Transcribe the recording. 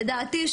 לדעתי,